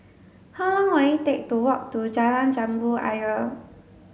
how long will it take to walk to Jalan Jambu Ayer